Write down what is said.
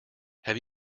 have